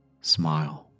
smile